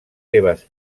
seves